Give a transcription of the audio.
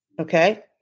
Okay